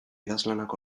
idazlanak